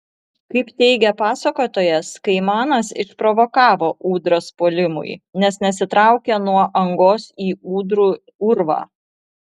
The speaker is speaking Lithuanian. kaip teigia pasakotojas kaimanas išprovokavo ūdras puolimui nes nesitraukė nuo angos į ūdrų urvą